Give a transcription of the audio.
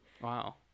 Wow